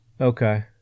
Okay